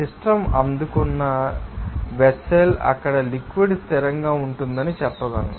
system అందుకున్న vessel అక్కడ liquid స్థిరంగా ఉంటుందని చెప్పగలను